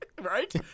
Right